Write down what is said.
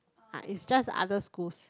uh it's just other schools